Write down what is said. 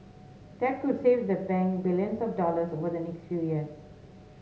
that could save the bank billions of dollars over the next few years